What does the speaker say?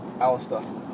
alistair